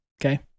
okay